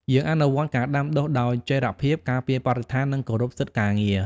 យើងអនុវត្តការដាំដុះដោយចីរភាព ការពារបរិស្ថាន និងគោរពសិទ្ធិការងារ។